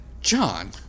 John